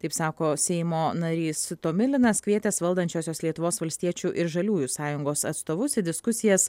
taip sako seimo narys tomilinas kvietęs valdančiosios lietuvos valstiečių ir žaliųjų sąjungos atstovus į diskusijas